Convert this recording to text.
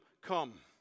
come